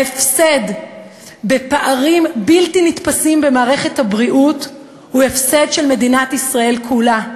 ההפסד בפערים בלתי נתפסים במערכת הבריאות הוא הפסד של מדינת ישראל כולה,